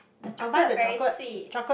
the chocolate very sweet